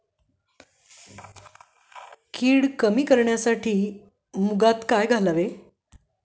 कीड कमी करण्यासाठी मुगात काय घालावे?